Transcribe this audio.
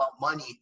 money